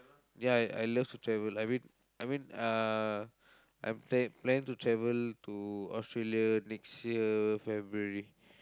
ya I I love to travel I mean I mean uh I'm planning planning to travel to Australia next year February